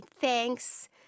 Thanks